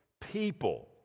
people